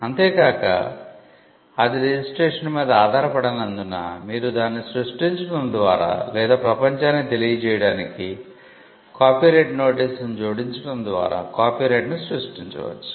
అంతే కాక అది రిజిస్ట్రేషన్ మీద ఆధారపడనందున మీరు దానిని సృష్టించడం ద్వారా లేదా ప్రపంచానికి తెలియజేయడానికి కాపీరైట్ నోటీసును జోడించడం ద్వారా కాపీరైట్ను సృష్టించవచ్చు